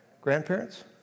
Grandparents